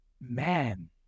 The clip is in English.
Man